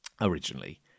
originally